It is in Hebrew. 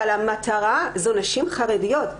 אבל המטרה היא נשים חרדיות,